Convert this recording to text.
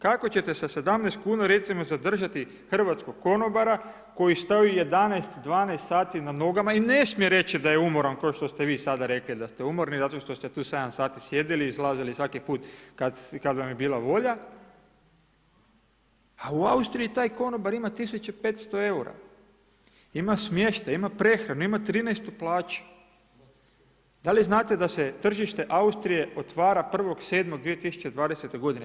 Kako ćete sa 17 kuna recimo zadržati hrvatskog konobara koji stoji 11, 12 sati na nogama i ne smije reći da je umoran, kao što ste vi sada rekli da ste umorni zato što ste tu 7 sati sjedili i izlazili svaki put kad vam je bila volja, a u Austriji taj konobar ima 1500 eura, ima smještaj, ima prehranu, ima ... da li znate da se tržište Austrije otvara 1.7.2020. godine?